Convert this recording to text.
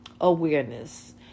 awareness